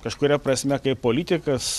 kažkuria prasme kaip politikas